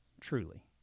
truly